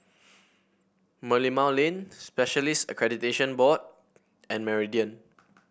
Merlimau Lane Specialist Accreditation Board and Meridian